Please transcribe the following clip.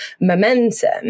momentum